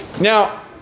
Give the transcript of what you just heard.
Now